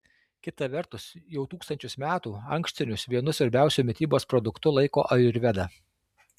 kita vertus jau tūkstančius metų ankštinius vienu svarbiausiu mitybos produktu laiko ajurveda